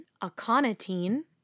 aconitine